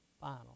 final